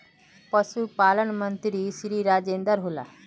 पशुपालन मंत्री श्री राजेन्द्र होला?